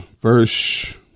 verse